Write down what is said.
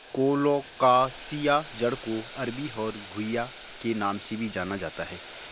colocasia जड़ को अरबी और घुइआ के नाम से भी जाना जाता है